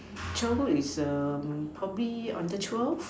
childhood is err probably under twelve